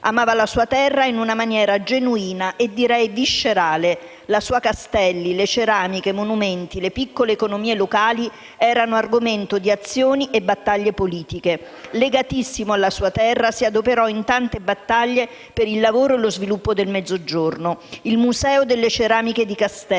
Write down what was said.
Amava la sua terra in una maniera genuina e direi viscerale. La sua Castelli, le ceramiche, i monumenti, le piccole economie locali erano argomento di azioni e battaglie politiche. Legatissimo alla sua terra, si adoperò in tante battaglie per il lavoro e lo sviluppo del Mezzogiorno. Il Museo delle ceramiche di Castelli,